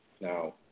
Now